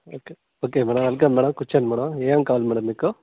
okay okay welcome madam కూర్చోండి madam ఏం కావాలి మేడమ్ మీకు